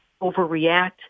overreact